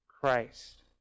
Christ